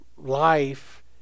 Life